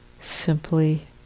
Simply